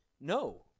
no